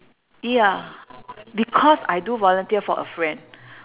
ya because I do volunteer for a friend